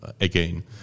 again